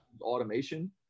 automation